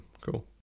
Cool